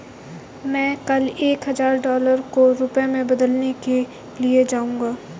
मैं कल एक हजार डॉलर को रुपया में बदलने के लिए जाऊंगा